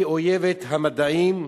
היא אויבת המדעים,